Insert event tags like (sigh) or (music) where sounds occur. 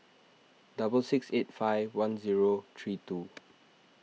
double six eight five one zero three two (noise)